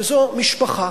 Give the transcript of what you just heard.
שזו משפחה.